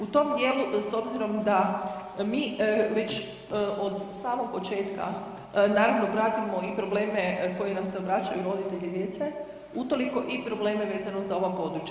U tom dijelu s obzirom da mi već od samog početka naravno pratimo i probleme koji nam se obraćaju roditelji djece, utoliko i probleme vezano za ova područja.